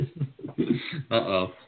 Uh-oh